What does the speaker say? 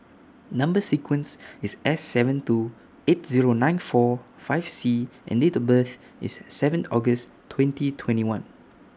Number sequence IS S seven two eight Zero nine four five C and Date of birth IS seven August twenty twenty one